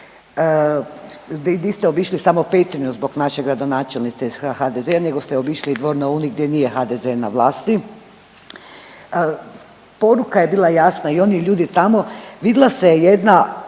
di ste obišli samo Petrinju zbog naše gradonačelnice iz HDZ-a nego ste obišli i Dvor na Uni gdje nije HDZ na vlasti, poruka je bila jasna i oni ljudi tamo vidla se jedna